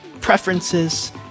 preferences